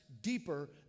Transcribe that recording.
deeper